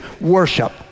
worship